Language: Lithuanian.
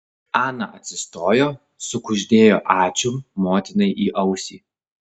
ana atsistojo sukuždėjo ačiū motinai į ausį